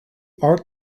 art